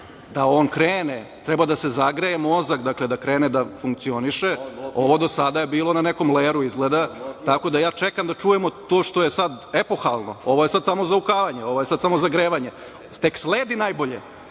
da on krene, treba da se zagreje mozak da krene da funkcioniše. Ovo do sada je bilo na nekom leru. Ja čekam da čujemo to što je sada epohalno. Ovo je sada samo zaukavanje, ovo je sada samo zagrevanje. Tek sledi najbolje.